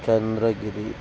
Chandragiri